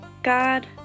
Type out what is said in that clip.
God